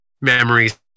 memories